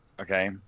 okay